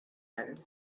end